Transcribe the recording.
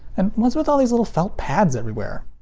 and what's with all the little felt pads everywhere?